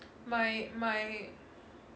my my